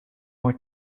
more